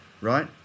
Right